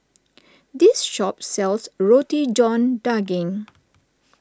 this shop sells Roti John Daging